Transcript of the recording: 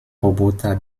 roboter